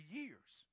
years